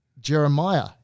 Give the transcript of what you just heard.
Jeremiah